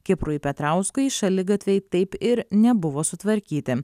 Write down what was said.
kiprui petrauskui šaligatviai taip ir nebuvo sutvarkyti